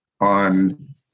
on